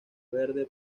verde